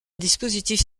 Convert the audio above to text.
dispositif